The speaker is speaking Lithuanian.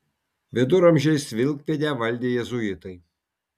viduramžiais vilkpėdę valdė jėzuitai